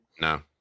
no